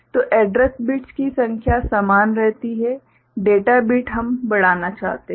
तो address bits की संख्या समान रहती है डेटा बिट हम बढ़ाना चाहते हैं